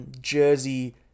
Jersey